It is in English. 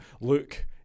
Luke